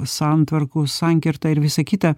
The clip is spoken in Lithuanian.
santvarkų sankirta ir visa kita